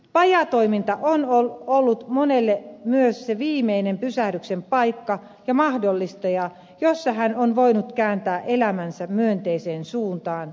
pajatoiminta on ollut monelle myös se viimeinen pysähdyksen paikka ja mahdollistaja jossa hän on voinut kääntää elämänsä myönteiseen suuntaan